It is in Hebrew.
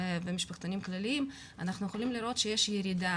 במשפחתונים כלליים, אנחנו יכולים לראות שיש ירידה